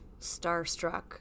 starstruck